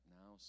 now